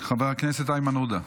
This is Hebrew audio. חבר הכנסת איימן עודה.